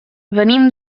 venim